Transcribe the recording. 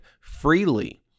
freely